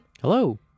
hello